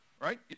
Right